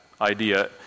idea